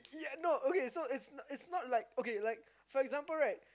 ya no okay so it's it's not like okay like for example right